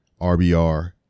RBR